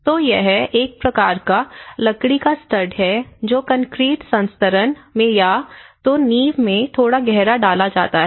तो यह एक प्रकार का लकड़ी का स्टड है जो कंक्रीट संस्तरण में या तो नींव में थोड़ा गहरा डाला जाता है